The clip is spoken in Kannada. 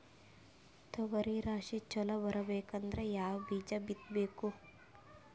ತೊಗರಿ ರಾಶಿ ಚಲೋ ಬರಬೇಕಂದ್ರ ಯಾವ ಬೀಜ ಬಿತ್ತಬೇಕು?